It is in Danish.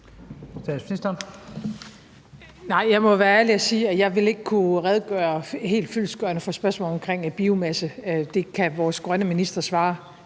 jeg må være ærlig at sige, at jeg ikke vil kunne redegøre helt fyldestgørende for spørgsmål omkring biomasse. Det kan vores grønne minister svare